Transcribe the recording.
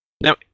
Now